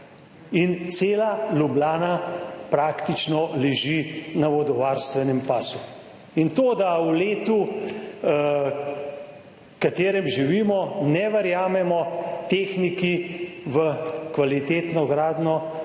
in cela Ljubljana praktično leži na vodovarstvenem pasu in to, da v letu, v katerem živimo, ne verjamemo tehniki v kvalitetno gradnjo,